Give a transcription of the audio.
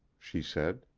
she said.